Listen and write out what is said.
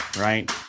right